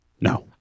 No